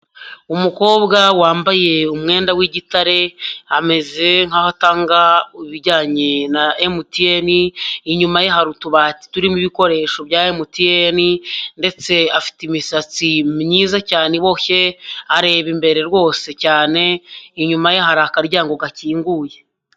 Umukobwa wambaye umwenda w'igitare, ameze nk'aho atanga ibijyanye na MTN, inyuma ye hari utubati turimo ibikoresho bya MTN ndetse afite imisatsi myiza cyane iboshye, areba imbere rwose cyane, inyuma ye hari akaryango gakinguye.